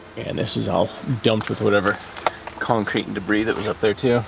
and this is all dumped with whatever concrete and debris that was up there, too.